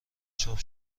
چاپ